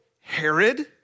Herod